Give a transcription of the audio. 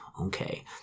Okay